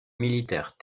militaires